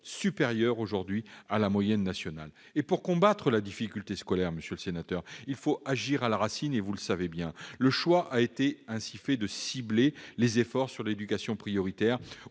supérieurs à la moyenne nationale. Pour combattre les difficultés scolaires, monsieur le sénateur, il faut agir à la racine, et vous le savez bien. Le choix a ainsi été fait de cibler les efforts sur l'éducation prioritaire